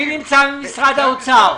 מי נמצא ממשרד האוצר?